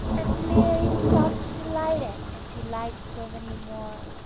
and leerie stops to light it as he lights so many more